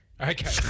Okay